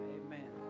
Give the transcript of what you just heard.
amen